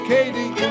Katie